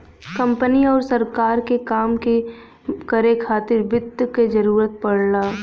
company आउर सरकार के काम के करे खातिर वित्त क जरूरत पड़ला